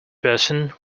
person